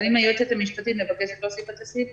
ואם היועצת המשפטית מבקשת להוסיף את הסעיף,